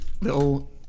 little